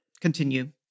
continue